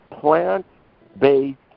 plant-based